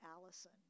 Allison